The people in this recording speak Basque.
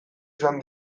izan